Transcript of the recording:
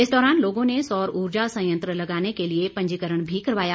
इस दौरान लोगों ने सौर ऊर्जा संयंत्र लगाने के लिए पंजीकरण भी करवाया